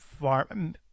farm